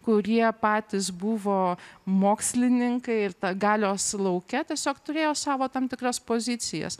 kurie patys buvo mokslininkai ir ta galios lauke tiesiog turėjo savo tam tikras pozicijas